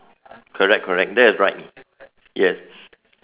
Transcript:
correct correct that's right yes